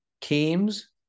teams